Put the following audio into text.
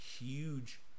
huge